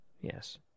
Yes